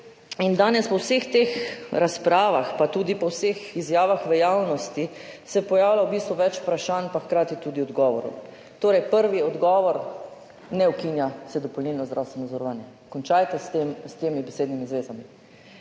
In danes se po vseh teh razpravah pa tudi po vseh izjavah v javnosti pojavlja v bistvu več vprašanj pa hkrati tudi odgovorov. Prvi odgovor: ne ukinja se dopolnilnega zdravstvenega zavarovanja. Končajte s temi besednimi zvezami.